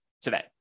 today